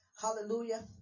Hallelujah